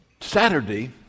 Saturday